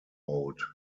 road